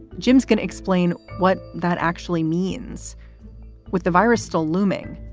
jim's going to explain what that actually means with the virus still looming.